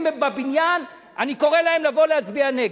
אם הם בבניין, אני קורא להם לבוא ולהצביע נגד.